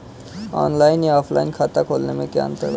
Online या offline खाता खोलने में क्या अंतर है बताएँ?